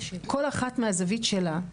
כל אחת מהזווית שלה,